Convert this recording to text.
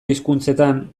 hizkuntzetan